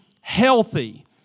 healthy